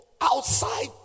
outside